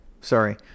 Sorry